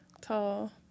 Tall